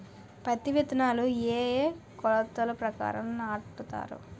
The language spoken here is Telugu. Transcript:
పత్తి విత్తనాలు ఏ ఏ కొలతల ప్రకారం నాటుతారు?